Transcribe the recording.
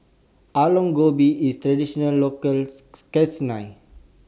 Aloo Gobi IS Traditional Local